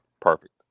perfect